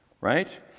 right